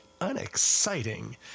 unexciting